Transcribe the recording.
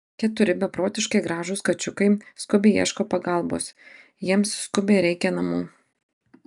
keturi beprotiškai gražūs kačiukai skubiai ieško pagalbos jiems skubiai reikia namų